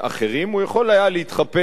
הוא יכול היה להתחפר בעמדותיו,